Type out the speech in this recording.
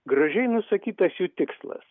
gražiai nusakytas jų tikslas